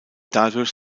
dadurch